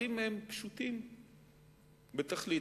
הדברים הם פשוטים בתכלית,